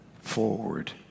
forward